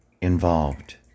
involved